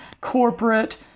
corporate